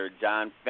John